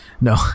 No